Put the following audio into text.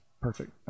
Perfect